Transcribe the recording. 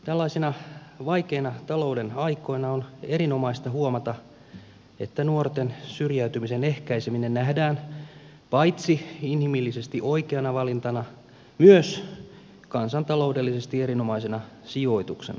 tällaisina vaikeina talouden aikoina on erinomaista huomata että nuorten syrjäytymisen ehkäiseminen nähdään paitsi inhimillisesti oikeana valintana myös kansantaloudellisesti erinomaisena sijoituksena